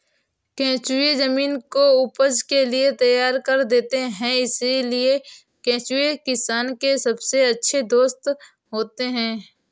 केंचुए जमीन को उपज के लिए तैयार कर देते हैं इसलिए केंचुए किसान के सबसे अच्छे दोस्त होते हैं